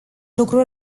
lucru